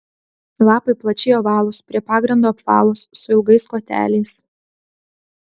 lapai plačiai ovalūs prie pagrindo apvalūs su ilgais koteliais